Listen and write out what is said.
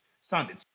sounded